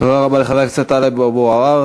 תודה רבה לחבר הכנסת טלב אבו עראר.